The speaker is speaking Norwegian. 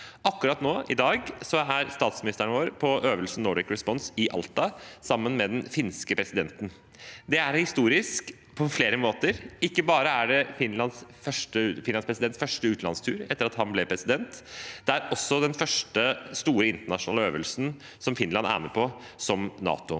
Akkurat nå, i dag, er statsministeren vår på øvelsen Nordic Response i Alta sammen med den finske presidenten. Det er historisk, på flere måter. Ikke bare er det den første utenlandsturen til presidenten i Finland etter at han ble president, det er også den første store internasjonale øvelsen som Finland er med på som